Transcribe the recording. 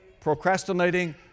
procrastinating